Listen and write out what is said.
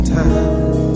time